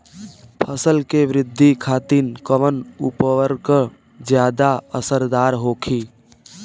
फसल के वृद्धि खातिन कवन उर्वरक ज्यादा असरदार होखि?